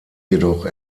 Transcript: jedoch